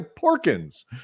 Porkins